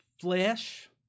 flesh